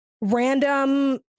random